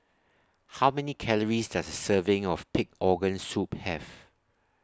How Many Calories Does A Serving of Pig Organ Soup Have